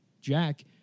Jack